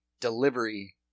Delivery